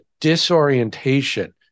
disorientation